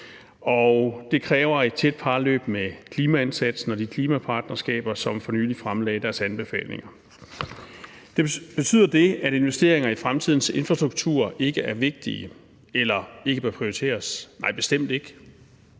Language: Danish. Det kræver et tæt parløb med klimaindsatsen og de klimapartnerskaber, som for nylig fremlagde deres anbefalinger. Betyder det, at investeringer i fremtidens infrastruktur ikke er vigtige eller ikke bør prioriteres? Nej, bestemt ikke.